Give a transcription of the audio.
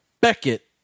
Beckett